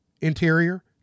interior